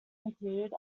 included